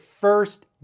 first